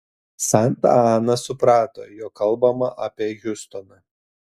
santa ana suprato jog kalbama apie hiustoną